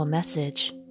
message